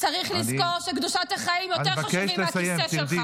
-- צריך לזכור שקדושת החיים יותר חשובה מהכיסא שלך.